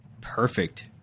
perfect